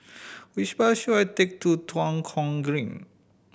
which bus should I take to Tua Kong Green